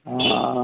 অঁ অ